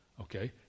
Okay